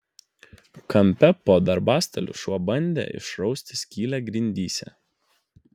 kampe po darbastaliu šuo bandė išrausti skylę grindyse